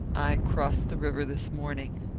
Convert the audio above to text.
i crossed the river this morning.